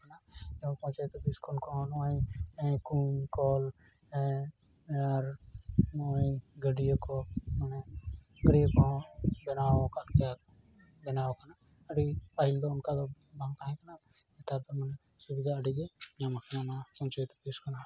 ᱡᱮᱢᱚᱱ ᱯᱚᱧᱪᱟᱭᱮᱛ ᱚᱯᱷᱤᱥ ᱠᱷᱚᱱ ᱱᱚᱜᱼᱚᱭ ᱠᱩᱧ ᱠᱚᱞ ᱱᱚᱜᱼᱚᱭ ᱜᱟᱹᱰᱭᱟᱹ ᱠᱚ ᱜᱟᱹᱰᱭᱟᱹ ᱠᱚᱦᱚᱸ ᱵᱮᱱᱟᱣ ᱟᱠᱟᱜ ᱜᱮᱭᱟ ᱠᱚ ᱵᱮᱱᱟᱣ ᱠᱟᱱᱟ ᱟᱹᱰᱤ ᱯᱟᱹᱦᱤᱞ ᱫᱚ ᱚᱱᱠᱟ ᱫᱚ ᱵᱟᱝ ᱛᱟᱦᱮᱸ ᱠᱟᱱᱟ ᱱᱮᱛᱟᱨ ᱫᱚ ᱱᱚᱜᱼᱚᱭ ᱥᱩᱵᱤᱫᱟ ᱟᱹᱰᱤ ᱜᱮ ᱧᱟᱢᱟᱠᱟᱱᱟ ᱯᱚᱧᱪᱟᱭᱮᱛ ᱚᱯᱷᱤᱥ ᱠᱷᱚᱱᱟᱜ